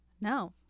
No